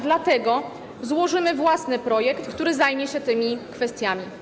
Dlatego złożymy własny projekt, w którym zajmiemy się tymi kwestiami.